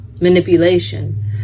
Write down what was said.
manipulation